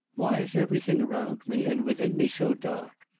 why is everything around me and within me so dark?